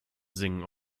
singen